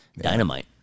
dynamite